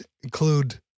include